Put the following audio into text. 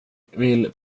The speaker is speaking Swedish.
vill